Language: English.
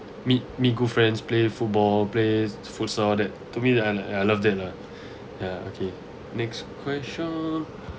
meet meet good friends play football play futsal all that for me ah I love that lah ya okay next question